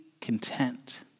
content